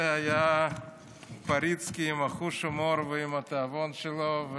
זה היה פריצקי, עם חוש ההומור ועם התיאבון שלו.